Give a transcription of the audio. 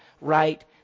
right